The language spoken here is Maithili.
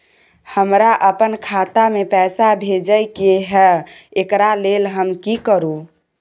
हमरा अपन खाता में पैसा भेजय के है, एकरा लेल हम की करू?